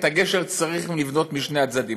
את הגשר צריך לבנות משני הצדדים,